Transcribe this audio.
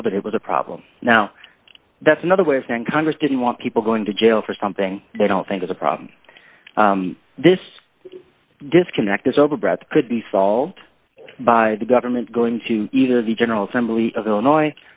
feel that it was a problem now that's another way of saying congress didn't want people going to jail for something they don't think is a problem this disconnect is overbroad could be solved by the government going to either the general assembly of illinois